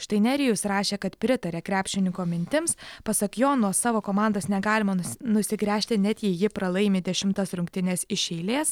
štai nerijus rašė kad pritaria krepšininko mintims pasak jo nuo savo komandos negalima nu nusigręžti net jei ji pralaimi dešimtas rungtynes iš eilės